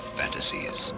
fantasies